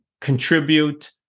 contribute